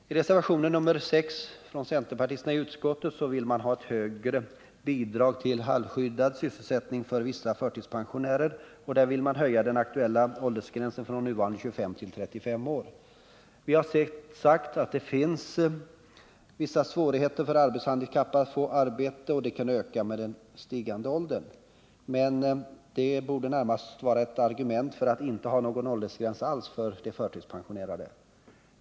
I reservationen 6 av centerpartisterna i utskottet förordas ett högre bidrag till halvskyddad sysselsättning för vissa förtidspensionärer och en höjning av den aktuella åldersgränsen från nuvarande 25 till 35 år. Vi har sagt att svårigheterna för arbetshandikappade att få arbete visst kan öka med stigande ålder men att det snarast är ett argument för att inte ha någon åldersgräns alls för de förtidspensionerade.